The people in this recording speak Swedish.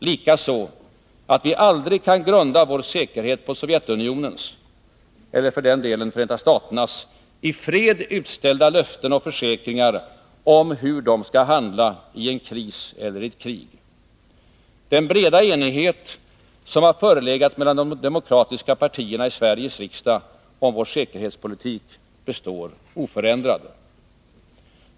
Likaså att vi aldrig kan grunda vår säkerhet på Sovjetunionens, eller för den delen Förenta staternas, i fred utställda löften och försäkringar om hur de skall handlai en kris elleri ett krig. Den breda enighet som har förelegat mellan de demokratiska partierna i Sveriges riksdag om vår säkerhetspolitik består oförändrad.